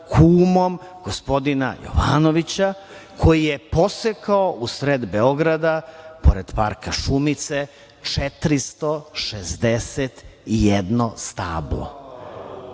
kumom gospodina Jovanovića, koji je posekao usred Beograda, pored parka Šumice, 461 stablo?